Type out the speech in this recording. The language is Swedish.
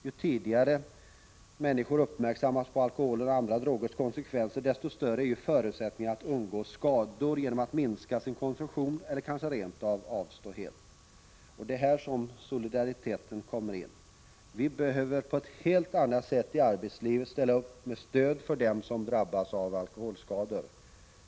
Ju tidigare människor görs uppmärksamma på alkoholens och andra drogers konsekvenser, desto större är deras möjligheter att undgå skador genom att minska sin konsumtion eller kanske rent av avstå helt. Det är här som solidariteten kommer in. I arbetslivet behöver vi på ett helt annat sätt än hittills ställa upp med stöd för dem som drabbas av alkoholskador.